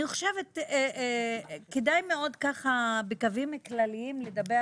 אני חושבת שכדאי מאוד בקווים כלליים לדבר